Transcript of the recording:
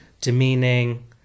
demeaning